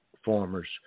farmers